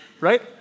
right